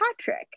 Patrick